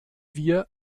wir